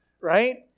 right